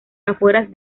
afueras